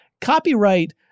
copyright